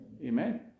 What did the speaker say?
Amen